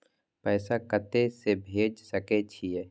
पैसा कते से भेज सके छिए?